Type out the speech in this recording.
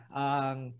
ang